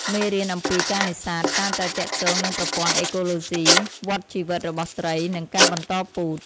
មេរៀនអំំពីការនេសាទច្រើនតែទាក់ទងនឺងប្រព័ន្ធអេកូឡូសុី វដ្តជីវិតរបស់ត្រី និងការបន្តពូជ។